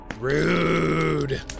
Rude